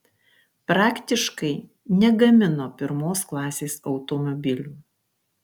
praktiškai negamino pirmos klasės automobilių